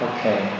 Okay